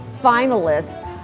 finalists